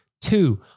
Two